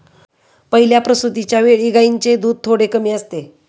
पहिल्या प्रसूतिच्या वेळी गायींचे दूध थोडे कमी असते